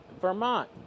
Vermont